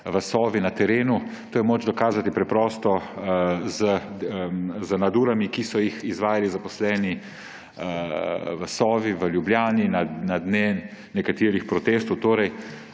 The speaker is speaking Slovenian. v Sovi na terenu. To je moč dokazati preprosto z nadurami, ki so jih izvajali zaposleni v Sovi v Ljubljani na dan nekaterih protestov.